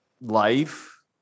life